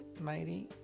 mighty